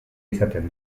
izaten